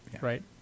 right